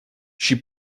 she